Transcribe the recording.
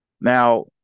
Now